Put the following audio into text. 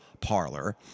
parlor